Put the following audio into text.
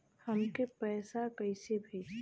हमके पैसा कइसे भेजी?